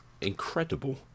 incredible